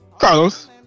carlos